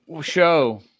Show